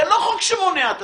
זה לא חוק שמונע תשלום,